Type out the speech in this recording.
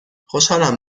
خوشحالم